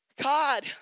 God